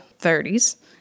30s